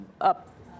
up